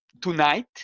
tonight